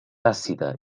àcida